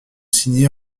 signées